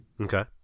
Okay